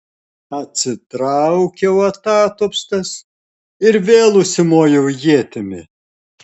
atsitraukiau atatupstas ir vėl užsimojau ietimi